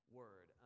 word